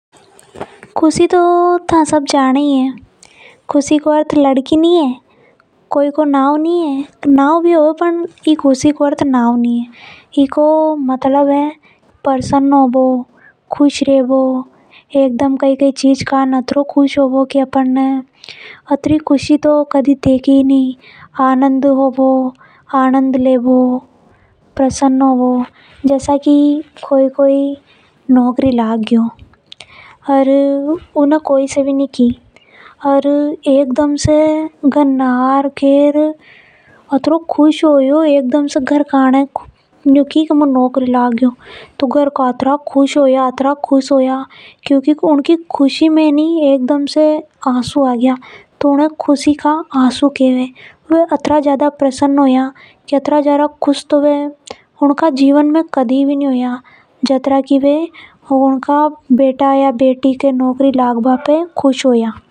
खुशी तो था सब जाने ही है खुशी को अर्थ कोई लड़की नि है। इको मतलब होवे की प्रसन्न हों बो खुश होबो अपन कभी कभी तो घणा ज्यादा खुश होवा। जसा की कोई नौकरी लग गयो और उन्हें कोई से भी नि की और एकदम से घर में आके बताई तो सब घणा ज्यादा खुश हुआ। घर वाला सुनता ही उतरा खुश होइए का खुशी की मारी उनके आंसू भी आ गया। इने ही खुशी केवे।